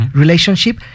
relationship